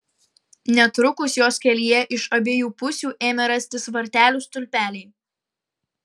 netrukus jos kelyje iš abiejų pusių ėmė rastis vartelių stulpeliai